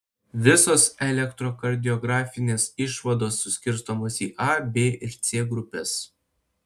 visos elektrokardiografinės išvados suskirstomos į a b ir c grupes